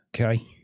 Okay